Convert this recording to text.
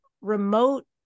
remote